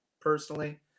personally